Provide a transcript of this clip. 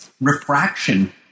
Refraction